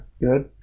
good